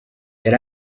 yari